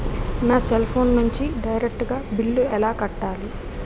నా cell phone నుంచి direct గా బిల్లు ఎలా కట్టాలి?